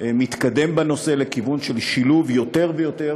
והוא מתקדם בנושא לכיוון של יותר ויותר